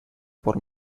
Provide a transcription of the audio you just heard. por